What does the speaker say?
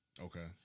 Okay